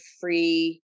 free